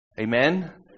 Amen